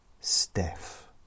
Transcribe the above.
Steph